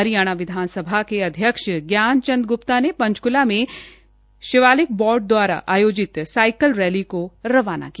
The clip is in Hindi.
हरियाणा विधानसभा के अध्यक्ष ज्ञान चंद गुप्ता ने पंचक्ला में शिवालिक बोर्ड द्वारा आयोजित साइकिल रैली को रवाना किया